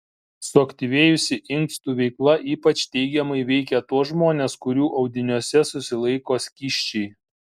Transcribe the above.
suaktyvėjusi inkstų veikla ypač teigiamai veikia tuos žmones kurių audiniuose susilaiko skysčiai